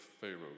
Pharaoh